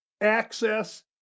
access